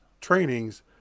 trainings